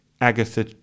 Agatha